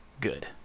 Good